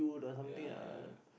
ya ya ya